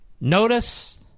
Notice